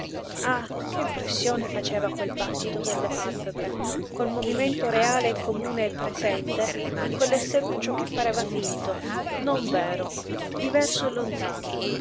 ah che impressione faceva quel battito delle pàlpebre quel movimento reale e comune e presente in quell'esseruccio che pareva finto non vero diverso e lontano